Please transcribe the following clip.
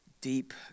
deep